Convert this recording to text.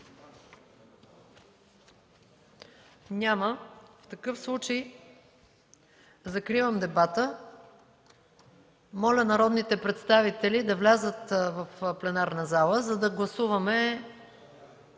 Няма. В такъв случай закривам дебата. Моля народните представители да влязат в пленарната зала, за да гласуваме